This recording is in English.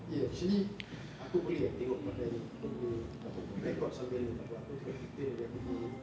eh actually aku boleh ah tengok pakai ni aku boleh record sambil ni takpe aku tengok Twitter dari aku punya ni